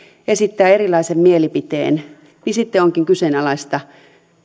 esittää erilaisen mielipiteen onkin kyseenalaista